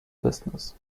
business